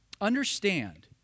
understand